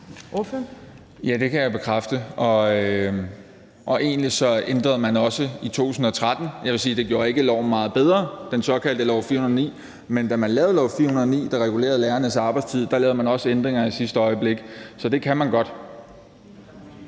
Ja, det kan jeg bekræfte. Og egentlig ændrede man i 2013 også den såkaldte lov nr. 409; jeg vil sige, det gjorde ikke loven meget bedre, men da man lavede lov nr. 409, der regulerede lærernes arbejdstid, lavede man også ændringer i sidste øjeblik, så det kan man godt.